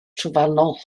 trofannol